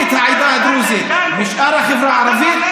את העדה הדרוזית משאר החברה הערבית,